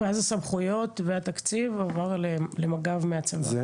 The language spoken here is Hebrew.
ואז הסמכויות והתקציב עבר אליהם למג"ב מהצבא?